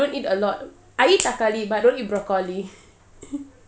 no I don't eat a lot I eat thakkali but I don't eat broccoli